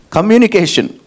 Communication